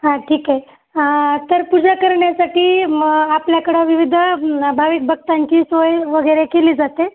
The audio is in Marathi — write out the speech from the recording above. हा ठीक आहे तर पूजा करण्यासाठी मग आपल्याकडं विविध भाविक भक्तांची सोय वगैरे केली जाते